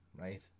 right